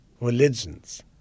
religions